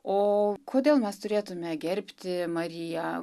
o kodėl mes turėtume gerbti mariją